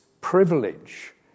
privilege